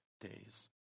days